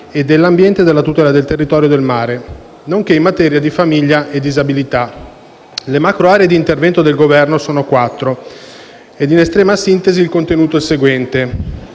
e dell'ambiente e della tutela del territorio e del mare, nonché in materia di famiglia e disabilità. Le macroaree di intervento del Governo sono quattro e, in estrema sintesi, il contenuto è il seguente.